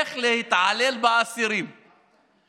איך להתעלל באסירים,